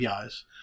APIs